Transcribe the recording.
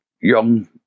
young